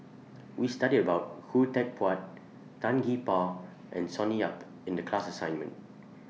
We studied about Khoo Teck Puat Tan Gee Paw and Sonny Yap in The class assignment